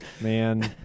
Man